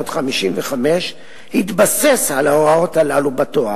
1955, התבסס על ההוראות הללו בתורה.